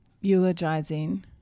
eulogizing